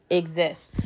exist